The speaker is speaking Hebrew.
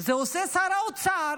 את זה עושה שר האוצר